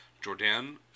Jordan